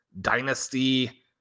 dynasty